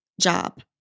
job